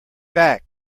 back